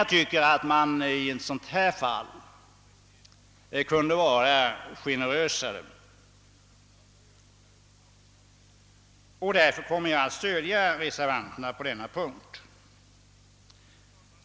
Jag tycker dock att man i ett sådant här fall kunnat vara generösare. Därför komer jag att stödja reservanterna på denna punkt.